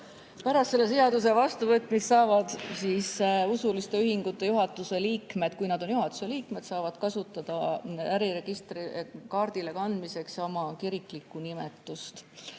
pärast selle seaduse vastuvõtmist saavad usuliste ühingute juhatuse liikmed, kui nad on juhatuse liikmed, kasutada registrikaardile kandmiseks oma kiriklikku nime.